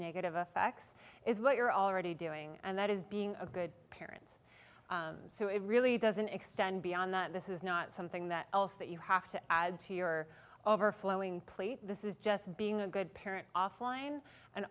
negative effects is what you're already doing and that is being good parents so it really doesn't extend beyond that this is not something that else that you have to add to your overflowing plate this is just being a good parent offline and